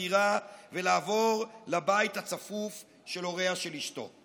הדירה ולעבור לבית הצפוף של הוריה של אשתו.